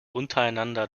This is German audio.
untereinander